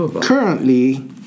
Currently